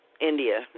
India